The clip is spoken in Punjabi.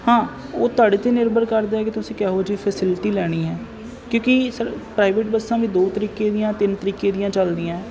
ਹਾਂ ਉਹ ਤੁਹਾਡੇ 'ਤੇ ਨਿਰਭਰ ਕਰਦੇ ਆ ਕਿ ਤੁਸੀਂ ਕਿਹੋ ਜਿਹੀ ਫੈਸਿਲਿਟੀ ਲੈਣੀ ਹੈ ਕਿਉਂਕਿ ਸ ਪ੍ਰਾਈਵੇਟ ਬੱਸਾਂ ਵੀ ਦੋ ਤਰੀਕੇ ਦੀਆਂ ਤਿੰਨ ਤਰੀਕੇ ਦੀਆਂ ਚੱਲਦੀਆਂ